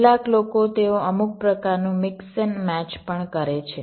કેટલાક લોકો તેઓ અમુક પ્રકારનું મિક્સ એન્ડ મેચ પણ કરે છે